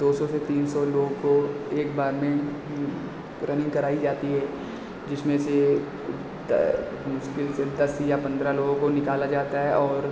दो सौ से तीन सौ लोगों को एक बार में रनिंग कराई जाती है जिसमें से द मुश्किल से दस या पन्द्रह लोगों को निकाला जाता है और